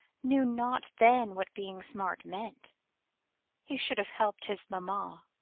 knew not then what being smart meant he should have helped his mamma,